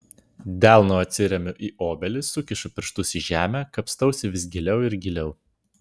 delnu atsiremiu į obelį sukišu pirštus į žemę kapstausi vis giliau ir giliau